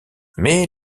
mais